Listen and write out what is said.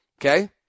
Okay